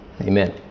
Amen